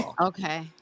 Okay